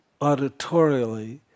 auditorially